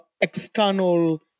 external